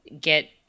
get